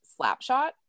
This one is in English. Slapshot